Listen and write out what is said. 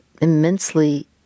immensely